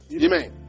Amen